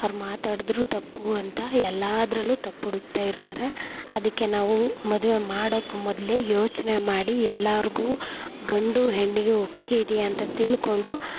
ಅವ್ರು ಮಾತಾಡುದ್ರು ತಪ್ಪು ಅಂತ ಎಲ್ಲಾದರಲ್ಲೂ ತಪ್ಪು ಹುಡುಕ್ತಾ ಇರ್ತಾರೆ ಅದಕ್ಕೆ ನಾವು ಮದುವೆ ಮಾಡೋಕೆ ಮೊದಲೇ ಯೋಚನೆ ಮಾಡಿ ಎಲ್ಲಾರಿಗು ಗಂಡು ಹೆಣ್ಣಿಗೆ ಒಪ್ಪಿಗೆ ಇದೆಯಾ ಅಂತ ತಿಳ್ಕೊಂಡು